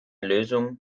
lösung